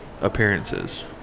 appearances